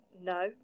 no